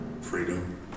freedom